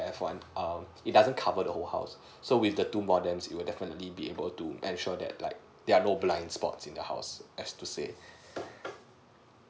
one err it doesn't cover the whole house so with the two modems it will definitely be able to ensure that like there are no blind spot in the house I have to say